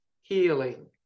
healing